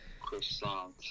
croissant